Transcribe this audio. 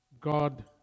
God